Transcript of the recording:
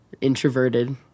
introverted